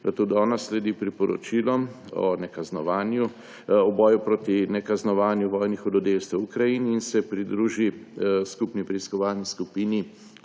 da tudi ona sledi priporočilom o boju proti nekaznovanju vojnih hudodelstev v Ukrajini in se pridruži skupni preiskovalni skupini